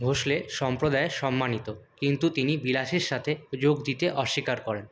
ভোঁসলে সম্প্রদায়ে সম্মানিত কিন্তু তিনি বিলাসের সাথে যোগ দিতে অস্বীকার করেন